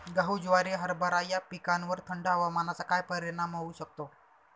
गहू, ज्वारी, हरभरा या पिकांवर थंड हवामानाचा काय परिणाम होऊ शकतो?